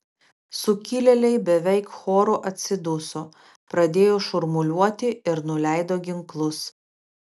sukilėliai beveik choru atsiduso pradėjo šurmuliuoti ir nuleido ginklus